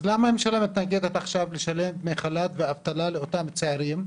אז למה הממשלה עכשיו מתנגדת לשלם דמי אבטלה וחל"ת לאותם צעירים?